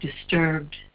disturbed